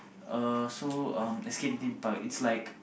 uh so um so Escape-Theme-Park is like